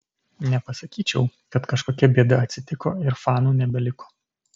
nepasakyčiau kad kažkokia bėda atsitiko ir fanų nebeliko